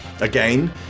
Again